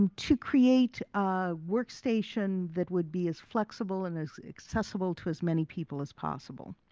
and to create a workstation that would be as flexible and as accessible to as many people as possible.